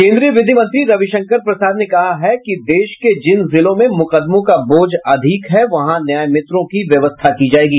केन्द्रीय विधि मंत्री रविशंकर प्रसाद ने कहा है कि देश के जिन जिलों में मुकदमों का बोझ अधिक है वहां न्यायमित्रों की व्यवस्था की जायेगी